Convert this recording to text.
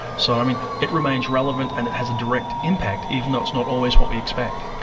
so i mean, it remains relevant and it has a direct impact, even though it's not always what we expect.